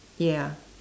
ya